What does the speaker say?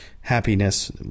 happiness